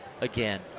again